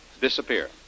disappear